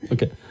Okay